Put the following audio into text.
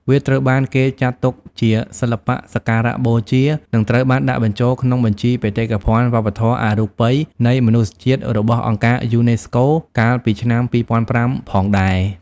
វាត្រូវបានគេចាត់ទុកជាសិល្បៈសក្ការៈបូជា និងត្រូវបានដាក់បញ្ចូលក្នុង បញ្ជីបេតិកភណ្ឌវប្បធម៌អរូបីនៃមនុស្សជាតិរបស់អង្គការយូណេស្កូកាលពីឆ្នាំ ២០០៥ ផងដែរ ។